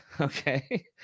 okay